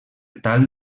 tal